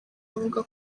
avuga